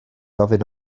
ofyn